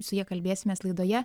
su ja kalbėsimės laidoje